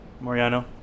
Mariano